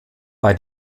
bei